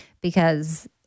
because-